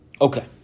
Okay